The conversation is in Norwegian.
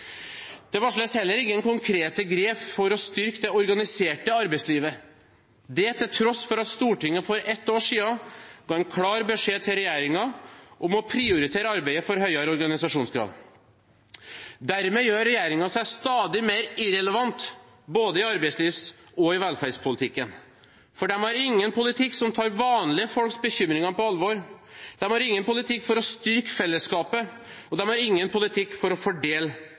Det varsles heller ingen konkrete grep for å styrke det organiserte arbeidslivet, til tross for at Stortinget for et år siden ga en klar beskjed til regjeringen om å prioritere arbeidet for høyere organisasjonsgrad. Dermed gjør regjeringen seg stadig mer irrelevant både i arbeidslivs- og i velferdspolitikken. For den har ingen politikk som tar vanlige folks bekymringer på alvor. Den har ingen politikk for å styrke fellesskapet, og den har ingen politikk for å fordele